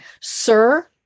Sir